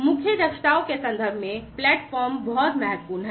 मुख्य दक्षताओं के संदर्भ में प्लेटफ़ॉर्म बहुत महत्वपूर्ण हैं